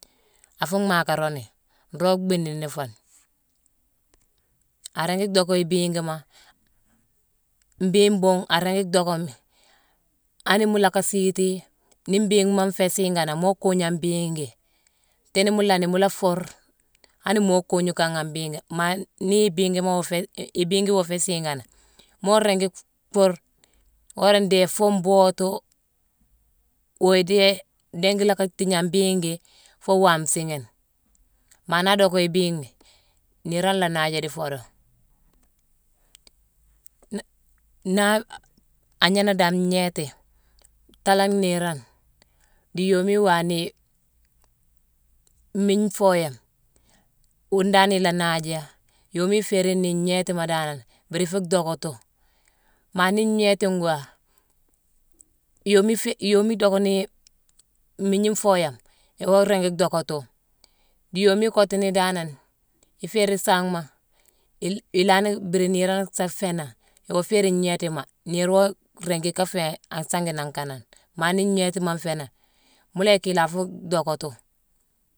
Afuu mhaakarooni. Nroog bhiindiini foni. A ringi dhocka ibiigima. Ibiigi mbuugh a ringi ndognomi. Ani mu lacka siitii, nii mbiigima nféé siiganane, moo koognu an bhiigi. Tééni mu laani, mu la fuur anii moo koognu kangh an mbiigi. Maa nii ibiigima iwoo féé-ibiigima iwoo féé siiganane, moo ringi fur, wora ndéé foo mbootu, woo idéé diingi lacka tiigna an biigi foo waame siighine. Maa na dhocka ibiigi niirone ila naaja dii foodo. Na-naa-agnééné dan ngnééti, taalanne niirane, dii yooma iwaawanii mmiigne nfooye yame. Wuune dan ila naaja. Yooma iféérine ni ngnéétima danane mbiri ifuu dhockatu. Maa nii ngnééti ngwaa, yooma iféé-yoomi idocka nii mmiigne nfoye yame iwoo ringi dhockatu. Dii yoomi ikottu ni danane iféérine sanghmai-i-ilanni biri niirone saa féé nangh iwoo féérine ngnéétima. Niir woo ringi ka féé an sangi nangh kanane. Maa nii ngnéétima nféé nangh, mu la yick ila fuu dhockatu.